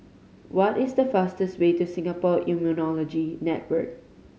what is the fastest way to Singapore Immunology Network